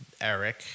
Eric